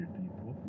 people